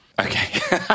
Okay